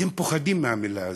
אתם פוחדים מהמילה הזו.